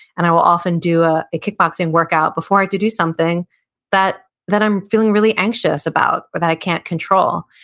and i will often do ah a kickboxing workout before i have to do something that that i'm feeling really anxious about or that i can't control.